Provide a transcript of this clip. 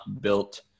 built